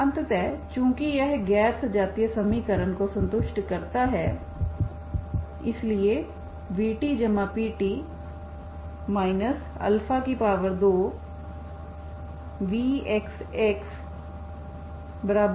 अत चूँकि यह गैर सजातीय समीकरण को संतुष्ट करता है इसलिएvtpt 2vxxhxt है